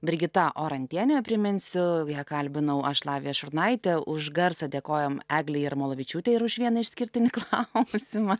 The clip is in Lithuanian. brigita orantienė priminsiu ją kalbinau aš lavija šurnaitė už garsą dėkojam eglei jarmolavičiūtei ir už vieną išskirtinį klausimą